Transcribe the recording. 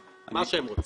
אנרגטית.